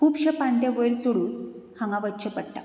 खुबशे पांट्या वयर चडून हांगा वच्चें पडटा